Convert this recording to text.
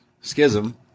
Schism